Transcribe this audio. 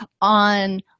on